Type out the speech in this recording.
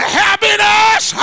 happiness